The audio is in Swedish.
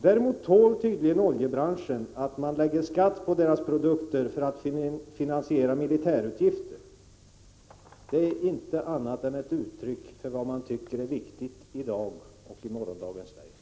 Däremot tål alltså oljebranschen att det läggs skatt på dess produkter för att finansiera militärutgifter. Det är ett uttryck för vad man tycker är viktigt i dag och i morgondagens Sverige.